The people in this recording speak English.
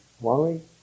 worry